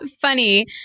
funny